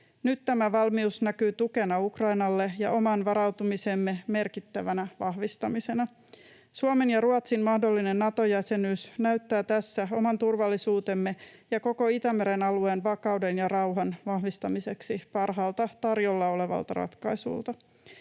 Nyt tämä valmius näkyy tukena Ukrainalle ja oman varautumisemme merkittävänä vahvistamisena. Suomen ja Ruotsin mahdollinen Nato-jäsenyys näyttää tässä oman turvallisuutemme ja koko Itämeren alueen vakauden ja rauhan vahvistamiseksi parhaalta tarjolla olevalta ratkaisulta